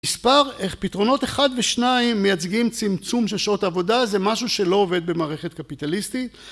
מספר איך פתרונות אחד ושניים מייצגים צמצום של שעות עבודה זה משהו שלא עובד במערכת קפיטליסטית